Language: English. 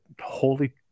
holy